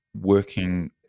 working